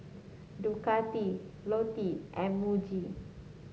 Ducati Lotte and Muji